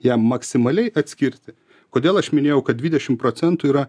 ją maksimaliai atskirti kodėl aš minėjau kad dvidešimt procentų yra